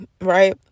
right